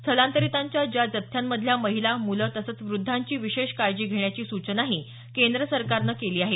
स्थलांतरितांच्या या जथ्थ्यांमधल्या महिला मुलं तसंच व्रद्धांची विशेष काळजी घेण्याची सूचनाही केंद्र सरकारनं केली आहे